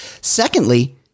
Secondly